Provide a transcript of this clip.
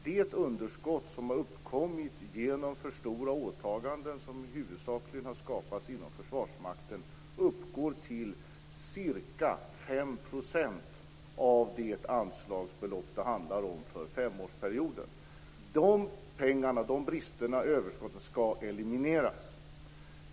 Det underskott som har uppkommit genom för stora åtaganden, som huvudsakligen har skapats inom Försvarsmakten, uppgår till ca 5 % av det anslagsbelopp som det handlar om för femårsperioden. De bristerna skall elimineras.